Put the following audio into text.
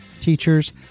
teachers